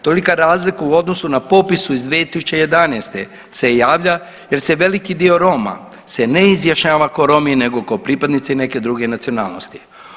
Tolika razlika o odnosu na popis iz 2011. se javlja jer se veliki dio Roma se ne izjašnjava ko Romi nego ko pripadnici neke druge nacionalnosti.